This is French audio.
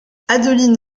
adeline